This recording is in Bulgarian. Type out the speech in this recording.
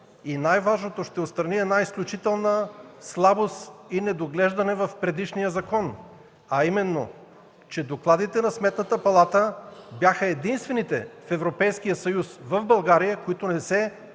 и най-важното – ще отстрани една изключителна слабост и недоглеждане в предишния закон, а именно, че докладите на Сметната палата бяха единствените в Европейския съюз в България, които не се